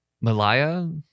Malaya